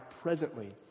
presently